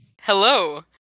Hello